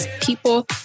people